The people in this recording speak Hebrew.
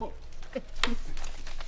אנחנו פה.